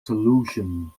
solution